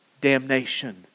damnation